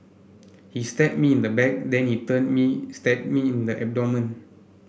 he stabbed me in the back then he turned me stabbed me in the abdomen